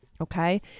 Okay